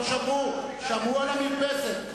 הכול בגלל מרפסת?